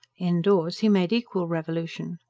indoors he made equal revolution.